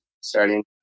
starting